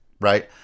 right